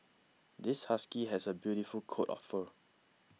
this husky has a beautiful coat of fur